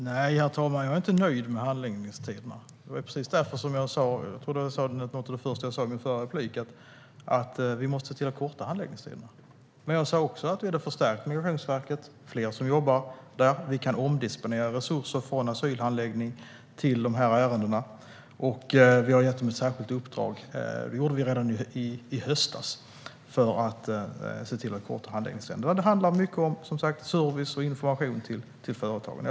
Herr talman! Nej, jag är inte nöjd med handläggningstiderna. Jag tror att något av det första som jag sa i mitt förra anförande var att vi måste se till att korta handläggningstiderna. Men jag sa också att vi hade förstärkt Migrationsverket. Det är fler som jobbar där. Vi kan omdisponera resurser från asylhandläggning till dessa ärenden. Och vi har gett dem ett särskilt uppdrag - det gjorde vi redan i höstas - som handlar om att korta handläggningstiderna. Det handlar, som sagt, mycket om service och information till företagen.